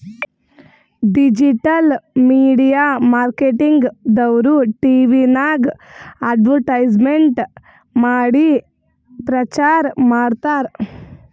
digital media marketing ದವ್ರು ಟಿವಿನಾಗ್ advertisement ಮಾಡಿ ಪ್ರಚಾರ್ ಮಾಡ್ತಾರ್